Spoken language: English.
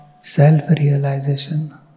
self-realization